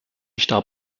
star